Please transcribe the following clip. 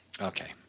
Okay